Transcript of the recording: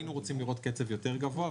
היינו רוצים לראות קצב יותר גבוה,